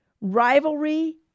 rivalry